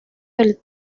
del